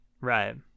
Right